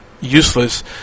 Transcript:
useless